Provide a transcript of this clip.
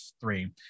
three